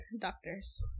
doctors